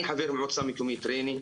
אני חבר במועצה מקומית ריינה.